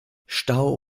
stau